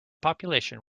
population